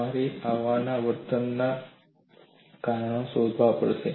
તમારે આવા વર્તનનાં કારણો શોધવા પડશે